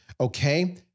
Okay